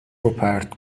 روپرت